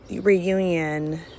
reunion